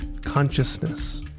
consciousness